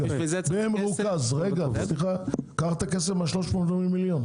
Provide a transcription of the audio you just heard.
קחו את הכסף מה-380 מיליון ₪.